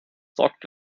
sagt